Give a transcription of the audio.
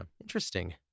Interesting